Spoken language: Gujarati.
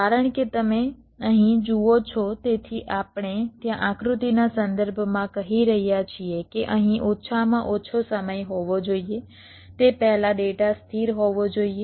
કારણ કે તમે અહીં જુઓ છો તેથી આપણે ત્યાં આકૃતિના સંદર્ભમાં કહી રહ્યા છીએ કે અહીં ઓછામાં ઓછો સમય હોવો જોઈએ તે પહેલાં ડેટા સ્થિર હોવો જોઈએ